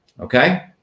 Okay